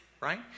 right